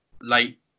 late